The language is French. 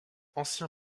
ancien